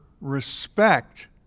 respect